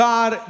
God